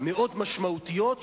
ממש עיני דומעות מהתרגשות מהמעמד הזה,